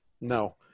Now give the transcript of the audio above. No